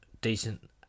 decent